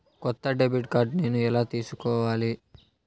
కొత్త debit card నేను ఎలా తీసుకోవాలి?